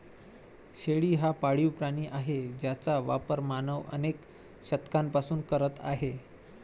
शेळी हा पाळीव प्राणी आहे ज्याचा वापर मानव अनेक शतकांपासून करत आहे